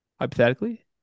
Hypothetically